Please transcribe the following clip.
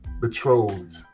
betrothed